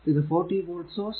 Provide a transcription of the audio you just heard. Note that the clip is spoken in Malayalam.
ഇത് 40 വോൾട് സോഴ്സ്